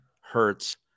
Hertz